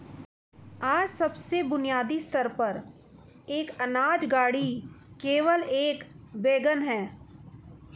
अपने सबसे बुनियादी स्तर पर, एक अनाज गाड़ी केवल एक वैगन है